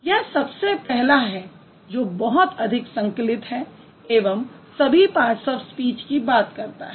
यह सबसे पहला है जो बहुत अधिक संकलित है एवं सभी पार्ट्स ऑफ स्पीच की बात करता है